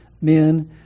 men